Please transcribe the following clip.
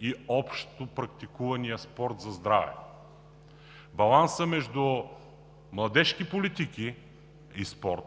и общопрактикувания спорт за здраве. Балансът между младежки политики и спорт